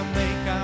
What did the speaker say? make